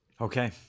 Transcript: Okay